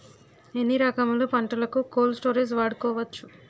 ఎన్ని రకములు పంటలకు కోల్డ్ స్టోరేజ్ వాడుకోవచ్చు?